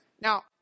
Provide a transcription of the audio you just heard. Now